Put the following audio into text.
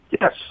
Yes